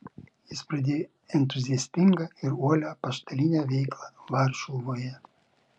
jis pradėjo entuziastingą ir uolią apaštalinę veiklą varšuvoje